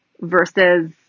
versus